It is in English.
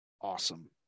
awesome